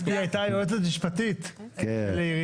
היא הייתה יועצת משפטית לעירייה.